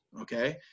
okay